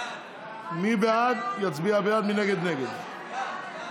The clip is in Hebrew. מי שבעד יצביע בעד, מי שנגד, נגד.